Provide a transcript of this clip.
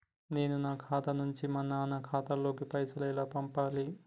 నేను నా ఖాతా నుంచి మా నాన్న ఖాతా లోకి పైసలు ఎలా పంపాలి?